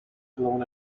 blown